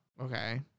Okay